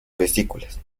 vesículas